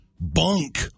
bunk